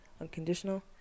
unconditional